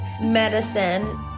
medicine